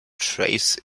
trace